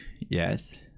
yes